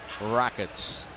Rockets